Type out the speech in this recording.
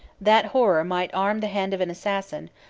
that horror might arm the hand of an assassin,